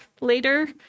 later